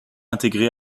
intégrés